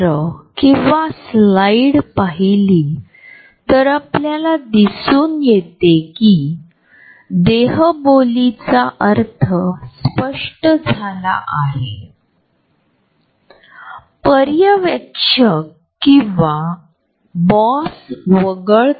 आपण आपल्या कुटुंबातील आणि जवळच्या मित्रांना आपल्या वैयक्तिक जागेत प्रवेश करू देतो आणि आता हे तु करतो मी आता मिठीच्या अंतरावर आहे पण मी तुम्हाला फारसा ओळखत नसतानाही तुमच्या अतिशय जवळ आहे